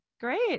Great